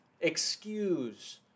excuse